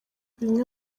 bimwe